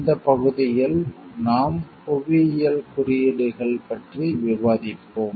இந்த பகுதியில் நாம் புவியியல் குறியீடுகள் ஜியோகிராபிகள் இண்டிகேசன்ஸ் பற்றி விவாதிப்போம்